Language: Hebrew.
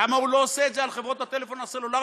למה הוא לא עושה את זה על חברות הטלפון הסלולריות?